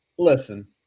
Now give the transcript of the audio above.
Listen